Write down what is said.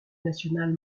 national